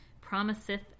promiseth